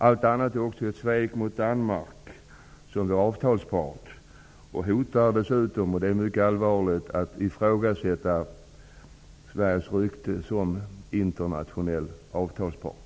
Allt annat är också ett svek mot Danmark, som är avtalspart, och hotar dessutom -- och det är mycket allvarligt -- att ifrågasätta Sveriges rykte som internationell avtalspart.